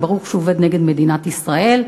ברור שהוא עובד נגד מדינת ישראל,